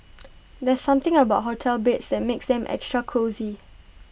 there's something about hotel beds that makes them extra cosy